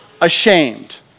ashamed